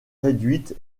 réduite